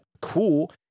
cool